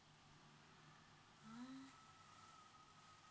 ah